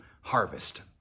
harvest